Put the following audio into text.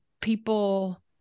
people